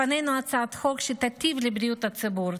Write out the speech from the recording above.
לפנינו הצעת חוק שתיטיב עם בריאות הציבור,